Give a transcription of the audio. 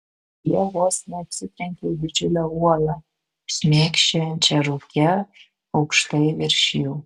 jie vos neatsitrenkė į didžiulę uolą šmėkščiojančią rūke aukštai virš jų